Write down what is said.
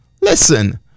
Listen